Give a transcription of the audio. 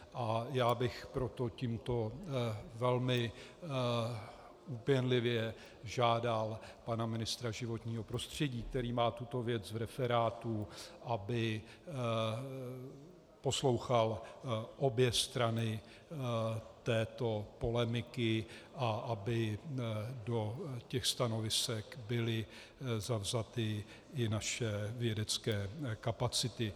A já bych proto tímto velmi úpěnlivě žádal pana ministra životního prostředí, který má tuto věc v referátu, aby poslouchal obě strany této polemiky a aby do těch stanovisek byly vzaty i naše vědecké kapacity.